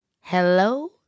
Hello